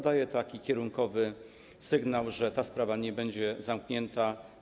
Dajemy taki kierunkowy sygnał, że ta sprawa nie będzie zamknięta.